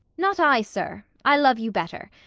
not i sir, i love you better,